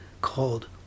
called